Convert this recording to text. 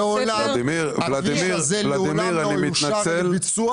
הכביש הזה מעולם לא אושר לביצוע,